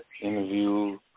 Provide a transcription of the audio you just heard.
interview